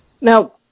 Now